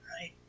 right